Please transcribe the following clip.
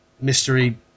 mystery